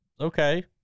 okay